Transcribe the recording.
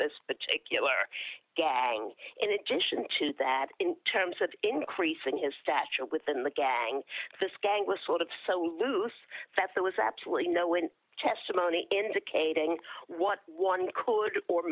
this particular gathering in addition to that in terms of increasing his stature within the gang this gang was sort of so loose that there was absolutely no in testimony indicating what one could or